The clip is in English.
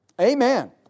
Amen